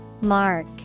Mark